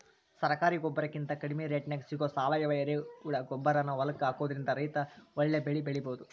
ಸರಕಾರಿ ಗೊಬ್ಬರಕಿಂತ ಕಡಿಮಿ ರೇಟ್ನ್ಯಾಗ್ ಸಿಗೋ ಸಾವಯುವ ಎರೆಹುಳಗೊಬ್ಬರಾನ ಹೊಲಕ್ಕ ಹಾಕೋದ್ರಿಂದ ರೈತ ಒಳ್ಳೆ ಬೆಳಿ ಬೆಳಿಬೊದು